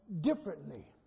differently